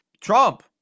Trump